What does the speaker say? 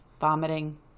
vomiting